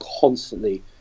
constantly